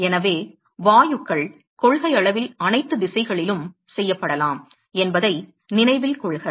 எனவே வாயுக்கள் கொள்கையளவில் அனைத்து திசைகளிலும் செய்யப்படலாம் என்பதை நினைவில் கொள்க